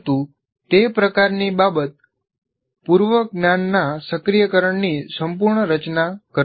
પરંતુ તે પ્રકારની બાબત પૂર્વ જ્ઞાનના સક્રિયકરણની સંપૂર્ણ રચના કરતી નથી